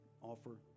offer